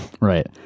Right